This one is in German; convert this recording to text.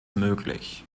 möglich